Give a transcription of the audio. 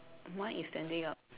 mine is standing up